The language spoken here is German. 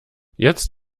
jetzt